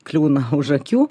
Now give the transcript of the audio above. kliūna už akių